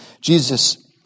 Jesus